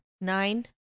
Nine